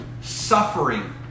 suffering